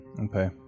okay